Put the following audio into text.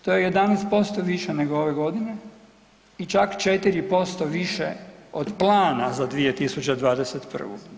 To je 11% više nego ove godine i čak 4% više od plana za 2021.